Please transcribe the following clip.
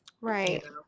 right